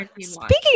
speaking